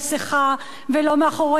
ולא מאחורי תחפושת,